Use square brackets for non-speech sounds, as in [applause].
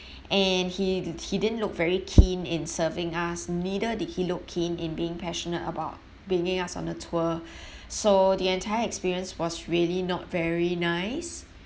and he d~ he didn't look very keen in serving us neither did he look keen in being passionate about bringing us on a tour [breath] so the entire experience was really not very nice